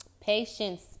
Patience